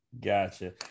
Gotcha